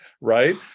right